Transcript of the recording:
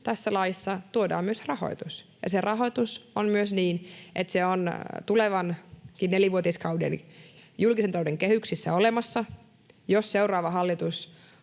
tässä laissa tuodaan myös rahoitus, ja se rahoitus on myös niin, että se on tulevankin nelivuotiskauden julkisen talouden kehyksissä olemassa. Jos seuraava hallitus